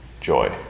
joy